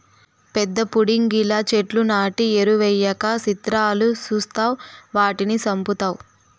పెద్ద పుడింగిలా చెట్లు నాటి ఎరువెయ్యక సిత్రాలు సూస్తావ్ వాటిని సంపుతావ్